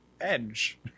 edge